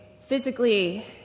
physically